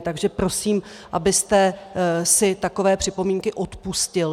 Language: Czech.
Takže prosím, abyste si takové připomínky odpustil.